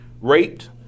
raped